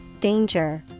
danger